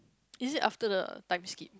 is it after the time skip